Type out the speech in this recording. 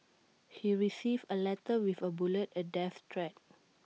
he received A letter with A bullet A death threat